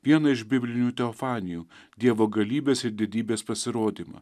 vieną iš biblinių teofanijų dievo galybės ir didybės pasirodymą